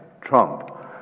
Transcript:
Trump